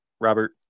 Robert